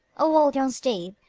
o wild young steed,